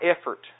effort